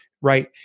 Right